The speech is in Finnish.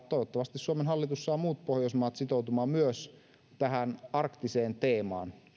toivottavasti suomen hallitus saa myös muut pohjoismaat sitoutumaan tähän arktiseen teemaan